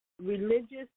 religious